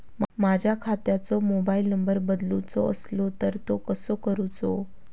माझ्या खात्याचो mobile number बदलुचो असलो तर तो कसो करूचो?